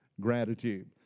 gratitude